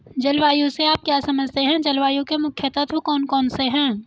जलवायु से आप क्या समझते हैं जलवायु के मुख्य तत्व कौन कौन से हैं?